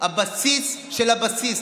הבסיס של הבסיס,